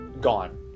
gone